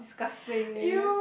disgusting you know